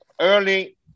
early